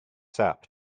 sap